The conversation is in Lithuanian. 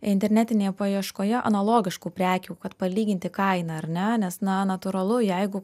internetinėje paieškoje analogiškų prekių kad palyginti kainą ar ne nes na natūralu jeigu